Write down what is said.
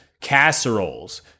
casseroles